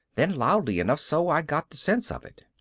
then loudly enough so i got the sense of it.